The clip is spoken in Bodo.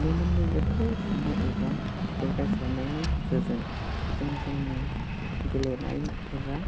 मेलेमनि गोथौ साननाय एबा जौगासारनायनि गेजेरजों जों जोंनि गेलेनाय एबा